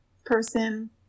person